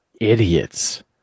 Idiots